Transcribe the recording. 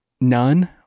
none